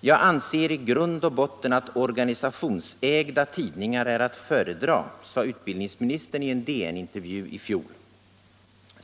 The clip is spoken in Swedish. ”Jag anser i grund och botten att organisationsägda tidningar är att föredra”, sade utbildningsministern i en DN-intervju i fjol.